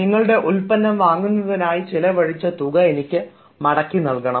നിങ്ങളുടെ ഉൽപ്പന്നം വാങ്ങുന്നതിനായി ചെലവഴിച്ച തുക എനിക്ക് മടക്കിനൽകണം